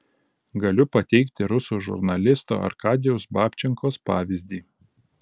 galiu pateikti rusų žurnalisto arkadijaus babčenkos pavyzdį